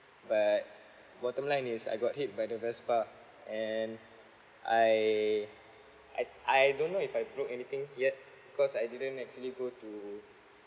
but bottom line is I got hit by the vespa and I I I don't know if I broke anything yet cause I didn't actually go to